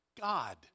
God